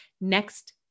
next